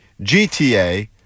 GTA